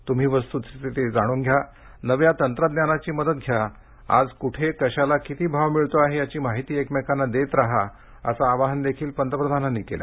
तुम्ही वस्तुस्थिती जाणून घ्या नव्या तंत्रज्ञानाची मदत घ्या आज कुठे कशाला किती भाव मिळतो आहे याची माहिती एकमेकांना देत राहा असं आवाहनही पंतप्रधानांनी केलं